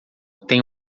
têm